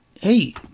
hey